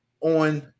on